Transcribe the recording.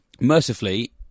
mercifully